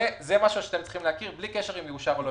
זה משהו שאתם צריכים להכיר בלי קשר אם יאושר תקציב או לא.